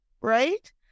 right